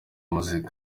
muzika